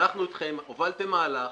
הלכנו אתכם, הובלתם מהלך,